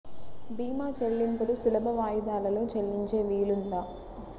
భీమా చెల్లింపులు సులభ వాయిదాలలో చెల్లించే వీలుందా?